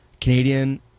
Canadian